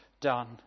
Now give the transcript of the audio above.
done